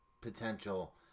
potential